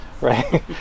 right